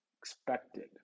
expected